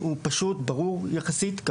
הוא פשוט וברור יחסית.